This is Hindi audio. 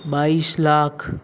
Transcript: बाईस लाख